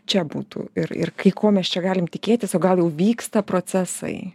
čia būtų ir ir kai ko mes čia galim tikėtis o gal jau vyksta procesai